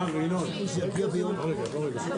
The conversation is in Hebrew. הישיבה ננעלה בשעה